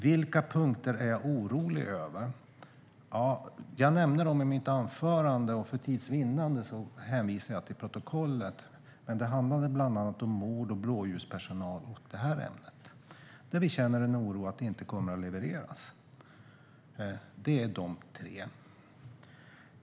Vilka punkter är jag orolig över? Jag nämnde dem i mitt anförande, och för tids vinnande hänvisar jag till protokollet. Men det handlade bland annat om mord, blåljuspersonal och det här ämnet, där vi känner en oro för att det inte kommer att levereras. Det var de tre.